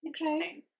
interesting